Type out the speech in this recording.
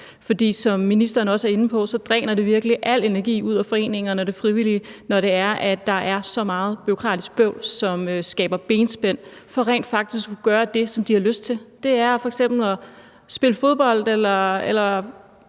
Som ministeren også er inde på, dræner det virkelig al energi ud af foreningerne og de frivillige, når der er så meget bureaukratisk bøvl, som skaber benspænd for rent faktisk at kunne gøre det, som de har lyst til. Det er f.eks. at spille fodbold eller